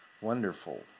Wonderful